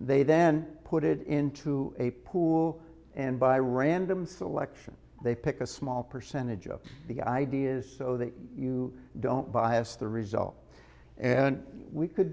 they then put it into a pool and by random selection they pick a small percentage of the ideas so that you don't bias the result and we could